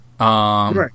Right